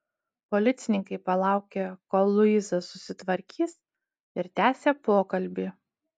policininkai palaukė kol luiza susitvarkys ir tęsė pokalbį